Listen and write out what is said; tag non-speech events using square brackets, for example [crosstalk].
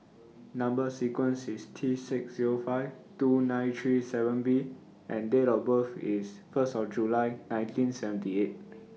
Number sequence IS T six Zero five two nine three seven B and Date of birth IS First of July nineteen seventy eight [noise]